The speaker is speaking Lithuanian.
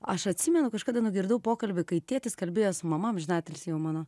aš atsimenu kažkada nugirdau pokalbį kai tėtis kalbėjos su mama amžinatilsį jau mano